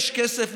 יש כסף.